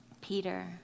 Peter